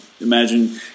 imagine